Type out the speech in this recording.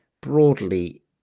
broadly